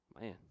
man